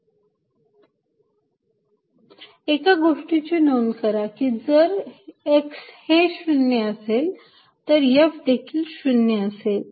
F14π0Qqx2a2432 एका गोष्टीची नोंद करा की जर x हे शून्य असेल तर F हे देखील शून्य असेल